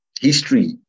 history